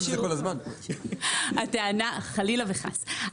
חלילה וחס,